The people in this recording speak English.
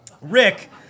Rick